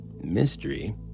mystery